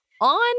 On